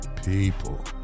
People